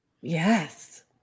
Yes